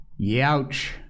Youch